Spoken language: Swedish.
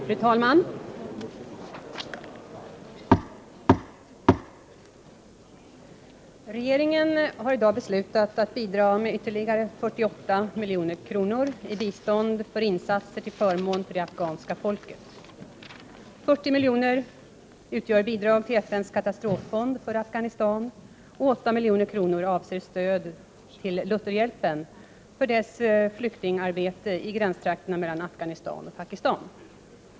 Fru talman! Regeringen har i dag beslutat att bidra med ytterligare 48 milj.kr. i bistånd för insatser till förmån för det afghanska folket. 40 miljoner utgör bidrag till FN:s katastroffond för Afghanistan, och 8 milj.kr. avser stöd till Lutherhjälpen för dess flyktingarbete i gränstrakterna mellan Afghanistan och Pakistan.